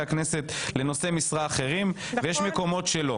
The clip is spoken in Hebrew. הכנסת לנושאי משרה אחרים ויש מקומות שלא.